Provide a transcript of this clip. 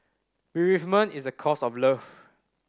bereavement is the cost of love